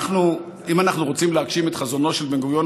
אם אנחנו רוצים להגשים את חזונו של בן-גוריון,